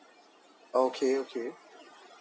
okay okay